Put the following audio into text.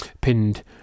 pinned